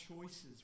choices